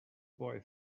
boy